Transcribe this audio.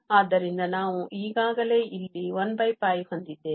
ಆದ್ದರಿಂದ ನಾವು ಈಗಾಗಲೇ ಇಲ್ಲಿ 1 ಹೊಂದಿದ್ದೇವೆ